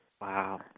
Wow